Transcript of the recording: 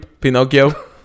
Pinocchio